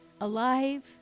Alive